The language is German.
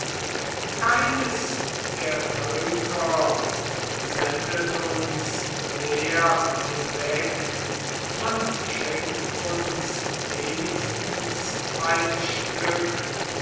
keines der völker sendet uns leer hinweg man schenkt uns wenigstens ein stück